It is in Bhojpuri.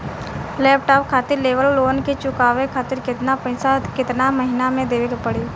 लैपटाप खातिर लेवल लोन के चुकावे खातिर केतना पैसा केतना महिना मे देवे के पड़ी?